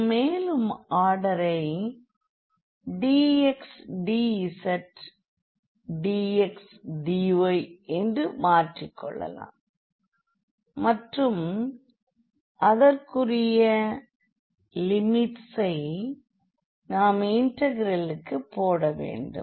நாம் மேலும் ஆர்டரை dx dz dx dy என்று மாற்றிக்கொள்ளலாம் மற்றும் அதற்குரிய லிமிட்ஸ் ஐ நாம் இன்டெகிரலுக்கு போடவேண்டும்